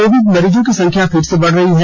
Covid मरीजों की संख्या फिर से बढ़ रही है